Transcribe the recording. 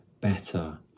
better